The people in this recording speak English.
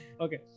Okay